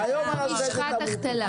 משחת החתלה.